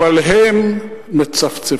אבל הם מצפצפים.